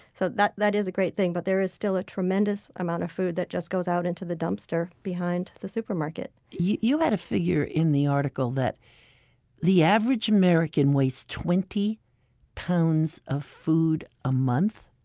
so that that is a great thing. but there is still a tremendous amount of food that just goes out into the dumpster behind the supermarket. you had a figure in the article that the average american wastes twenty pounds of food a month.